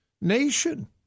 nation